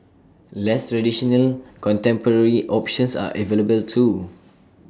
less traditional contemporary options are available too